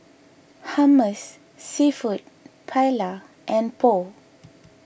Hummus Seafood Paella and Pho